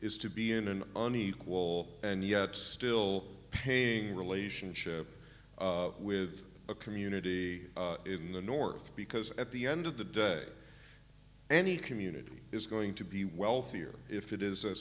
is to be in an unequal and yet still paying relationship with a community in the north because at the end of the day any community is going to be wealthier if it is a